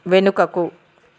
వెనుకకు